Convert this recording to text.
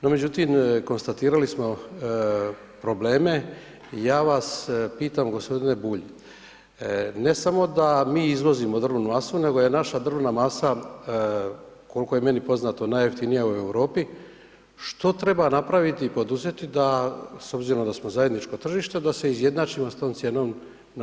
No međutim konstatirali smo probleme, ja vas pitam g. Bulj ne samo da mi izvozimo drvnu masu, nego je naša drvna masa, koliko je meni poznato, najjeftinija u Europi, što treba napraviti i poduzeti da s obzirom da smo zajedničko tržište, da se izjednačimo s tom cijenom na razini europskoj?